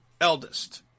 eldest